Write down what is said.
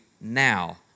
now